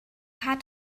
hat